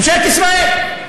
ממשלת ישראל.